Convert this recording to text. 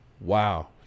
Wow